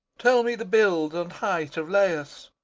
tell me the build and height of laius?